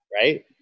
right